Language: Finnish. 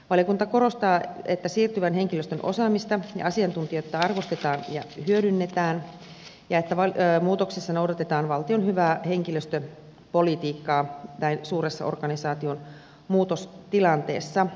valiokunta korostaa että siirtyvän henkilöstön osaamista ja asiantuntijuutta arvostetaan ja hyödynnetään ja että muutoksessa noudatetaan valtion hyvää henkilöstöpolitiikkaa suuressa organisaatiomuutostilanteessa